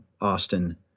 Austin